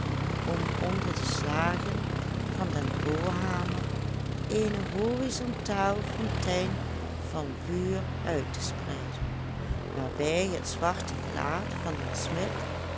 om onder de slagen van den voorhamer eene horizontale fontein van vuur uit te spreiden waarbij het zwarte gelaat van den smid